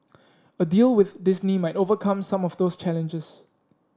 a deal with Disney might overcome some of those challenges